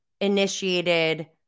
initiated